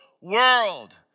world